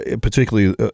particularly